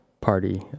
party